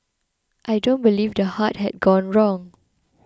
I don't believe the heart had gone wrong